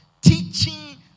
teaching